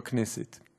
לכנסת.